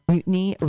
Mutiny